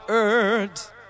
earth